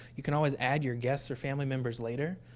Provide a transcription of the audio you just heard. you can always add your guests or family members later.